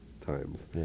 times